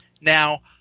Now